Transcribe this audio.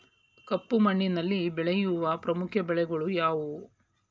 ಕಪ್ಪು ಮಣ್ಣಿನಲ್ಲಿ ಬೆಳೆಯುವ ಪ್ರಮುಖ ಬೆಳೆಗಳು ಯಾವುವು?